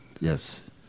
Yes